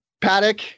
Paddock